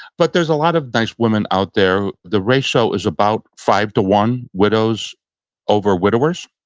but there's a lot of nice women out there. the ratio is about five to one, widows over widowers.